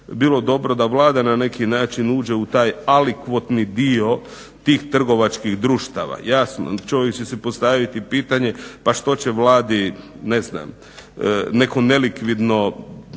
bi dobro da Vlada na neki način uđe u taj alikvotni dio tih trgovačkih društava. Jasno, čovjek će si postaviti pitanje pa što će Vladai neko nelikvidno